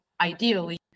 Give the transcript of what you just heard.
ideally